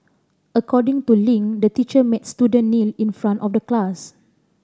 according to Ling the teacher made student kneel in front of the class